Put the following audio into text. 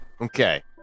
okay